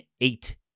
eight